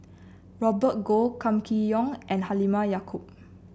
Robert Goh Kam Kee Yong and Halimah Yacob